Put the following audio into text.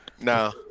No